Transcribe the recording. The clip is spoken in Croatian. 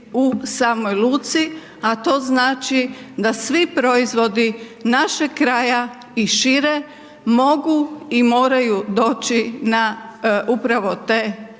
u samoj luci a to znači da svi proizvodi našeg kraja i šire mogu i moraju doći na upravo te brodove.